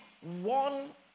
one